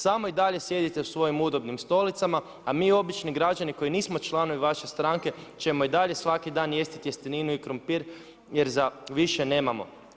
Samo i dalje sjedite u svojim udobnim stolicama, a mi obični građani, koji nismo članovi vaše stranke ćemo i dalje svaki dan jesti tjesteninu i krumpir jer za više nemamo.